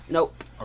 Nope